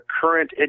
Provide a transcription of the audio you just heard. current